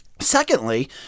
Secondly